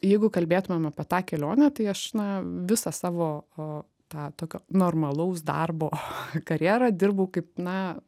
jeigu kalbėtumėm apie tą kelionę tai aš na visą savo tą tokio normalaus darbo karjerą dirbau kaip na